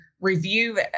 review